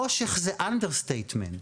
חושך זה under statement.